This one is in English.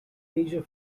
leisure